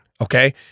Okay